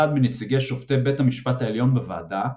מנציגי שופטי בית המשפט העליון בוועדה,